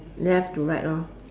left to right lor